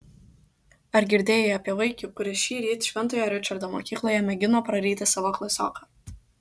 ar girdėjai apie vaikį kuris šįryt šventojo ričardo mokykloje mėgino praryti savo klasioką